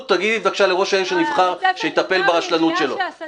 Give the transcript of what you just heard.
הצבעה בעד, רוב נגד, אין נמנעים, אין